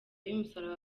y’umusaraba